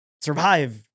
survive